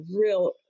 real